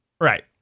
right